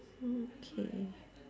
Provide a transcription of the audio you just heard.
mm K